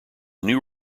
new